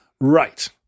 Right